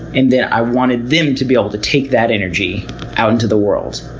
and then i wanted them to be able to take that energy out into the world.